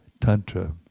Tantra